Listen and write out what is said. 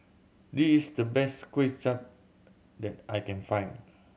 this is the best Kuay Chap that I can find